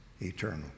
eternal